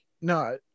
no